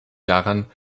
daran